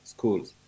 Schools